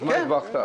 אז מה הרווחת?